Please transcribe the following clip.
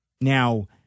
Now